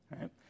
right